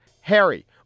Harry